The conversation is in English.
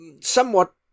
somewhat